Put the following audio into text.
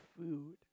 food